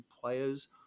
players